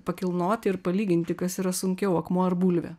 pakilnoti ir palyginti kas yra sunkiau akmuo ar bulvė